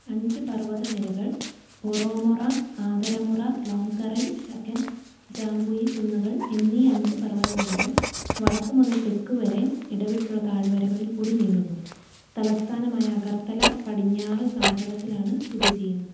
അഞ്ചു പർവ്വതനിരകൾ ബോറോമുറ ആതരമുറ ലോങ്തറൈ ശഖൻ ജാംപുയി കുന്നുകൾ എന്നീ അഞ്ചു പർവ്വതനിരകൾ വടക്കു മുതൽ തെക്കു വരെ ഇടവിട്ടുള്ള താഴ്വരകളിൽ കൂടി നീളുന്നു തലസ്ഥാനമായ അഗർത്തല പടിഞ്ഞാറ് സമതലത്തിലാണ് സ്ഥിതി ചെയ്യുന്നത്